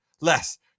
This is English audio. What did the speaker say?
less